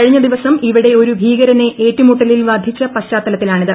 കഴിഞ്ഞ ദിവസം ഇവിടെ ഒരു ഭീകരനെ ഏറ്റുമുട്ടലിൽ വധിച്ച പശ്ചാത്തലത്തിലാണിത്